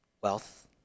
wealth